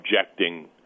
objecting